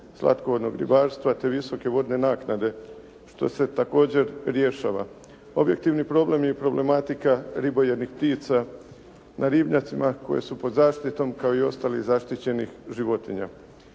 slatkovodnog ribarstva, te visoke vodne naknade što se također rješava. Objektivni problem i problematika ribojednih ptica na ribnjacima koje su pod zaštitom kao i ostali zaštićenih životinja,